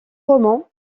roman